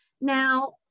Now